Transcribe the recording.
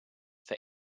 for